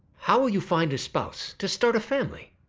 how will you find a spouse to start a family?